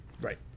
Right